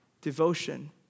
devotion